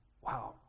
Wow